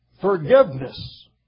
Forgiveness